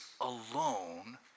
alone